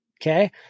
okay